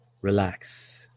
Relax